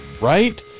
right